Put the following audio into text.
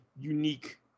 unique